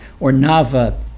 Ornava